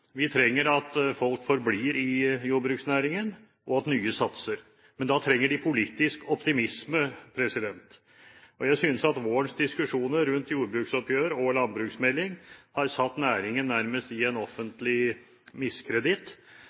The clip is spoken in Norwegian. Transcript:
Vi trenger folk som forblir i jordbruksnæringen, og nye som satser. Men da trenger de politisk optimisme. Jeg synes at vårens diskusjoner rundt jordbruksoppgjør og landbruksmelding har satt næringen nærmest i en offentlig miskreditt.